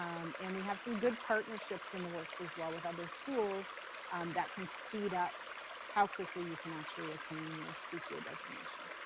um and we have some good partnerships in the works as well with other schools that can speed up how quickly you can actually attain your cpa designation.